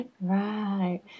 right